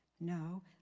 No